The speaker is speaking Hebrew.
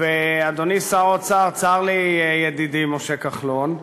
אדוני שר האוצר, ידידי משה כחלון,